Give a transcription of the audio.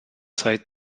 zeit